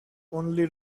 only